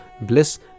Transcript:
bliss